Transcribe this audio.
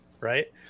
right